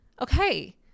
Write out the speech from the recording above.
okay